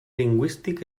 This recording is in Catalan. lingüístic